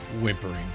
whimpering